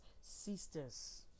sisters